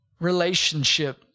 relationship